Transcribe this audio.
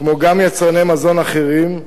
כמו גם מיצרני מזון אחרים,